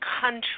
country